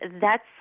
thats